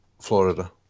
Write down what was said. Florida